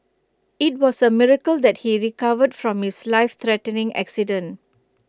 IT was A miracle that he recovered from his life threatening accident